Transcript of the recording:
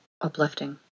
uplifting